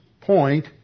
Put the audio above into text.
point